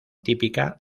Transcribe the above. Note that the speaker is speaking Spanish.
típica